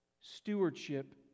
Stewardship